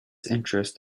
interest